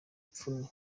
ipfunwe